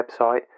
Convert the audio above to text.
website